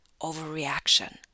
overreaction